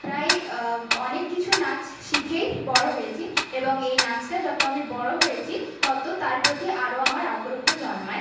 প্রায় অনেক কিছু নাচ শিখেই বড় হয়েছি এবং এই নাচটা যত আমি বড়ো হয়েছি তত তার প্রতি আরও আমার আগ্রহ জন্মায়